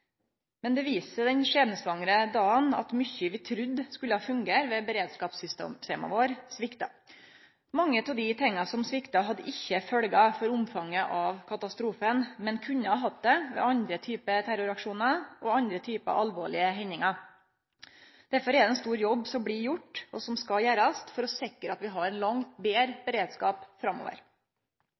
Men det viste seg den skjebnesvangre dagen at mykje vi trudde skulle fungere ved beredskapssystema våre, svikta. Mange av dei tinga som svikta, hadde ikkje følgjer for omfanget av katastrofen, men kunne ha hatt det ved andre typar terroraksjonar og andre typar alvorlege hendingar. Derfor er det ein stor jobb som blir gjort, og som skal gjerast, for å sikre at vi har ein langt betre beredskap framover.